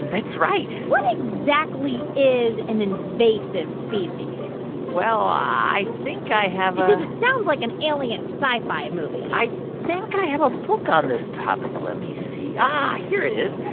that's right what exactly is an invasive species? well, i think i have a. because it sounds like an alien sci-fi movie i think i have a book on this topic. let me see. ah, hear it is.